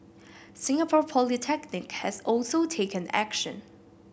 Singapore Polytechnic has also taken action